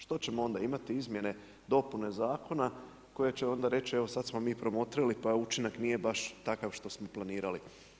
Što ćemo onda imati izmjene dopune zakona koje će onda reći, evo sad smo mi promotrili pa učinak nije baš takav što smo planirali.